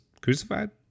crucified